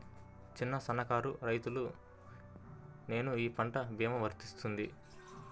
చిన్న సన్న కారు రైతును నేను ఈ పంట భీమా వర్తిస్తుంది?